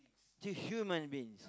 to human beings